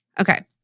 Okay